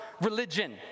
religion